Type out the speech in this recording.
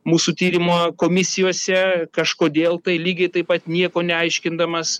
mūsų tyrimo komisijose kažkodėl tai lygiai taip pat nieko neaiškindamas